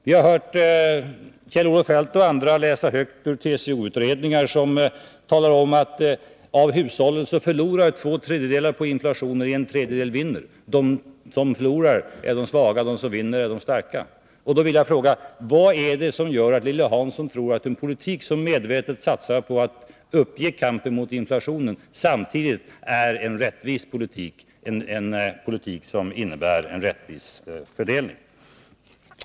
Vi har hört Kjell-Olof Feldt och andra läsa högt ur TCO-utredningar som talar om att två tredjedelar av hushållen förlorar på inflationen och en tredjedel vinner på den. De som förlorar är de svaga, och de som vinner är de starka. Vad är det som gör att Lilly Hansson tror att en politik där man medvetet satsar på att ge upp kampen mot inflationen samtidigt är en politik som innebär en rättvis fördelning?